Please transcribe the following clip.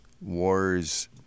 Wars